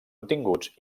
obtinguts